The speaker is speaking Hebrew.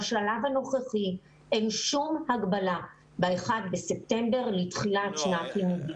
בשלב הנוכחי אין שום הגבלה באחד לספטמבר לתחילת שנת לימודים.